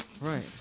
Right